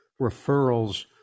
referrals